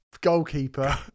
goalkeeper